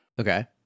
Okay